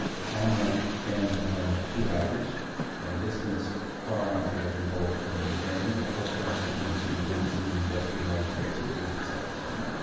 the camera stands in front of two actors at a distance far enough to get them both within the frame but close enough so you can see the grimaces and gestures on their faces, because it's silent cinema,